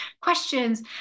questions